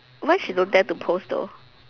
why she don't dare to post though